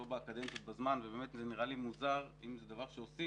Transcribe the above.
אבל זה נראה לי מוזר אם זה דבר שעושים